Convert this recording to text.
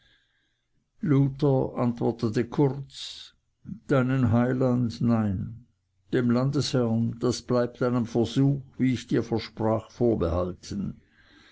luther antwortete kurz deinem heiland nein dem landesherrn das bleibt einem versuch wie ich dir versprach vorbehalten